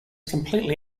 completely